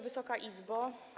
Wysoka Izbo!